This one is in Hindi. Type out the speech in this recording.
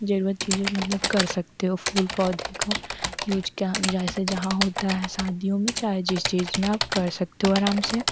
ज़रूरत चीज़ें मतलब कर सकते हो मतलब फूल पौधे का यूज क्या जैसे जहाँ होता है सदियों में चाहे जिस चीज़ में आप क्र सकते हो आराम से